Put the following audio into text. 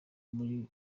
muri